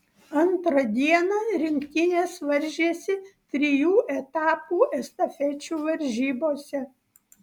antrą dieną rinktinės varžėsi trijų etapų estafečių varžybose